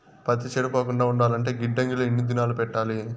పత్తి చెడిపోకుండా ఉండాలంటే గిడ్డంగి లో ఎన్ని దినాలు పెట్టాలి?